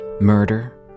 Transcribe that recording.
murder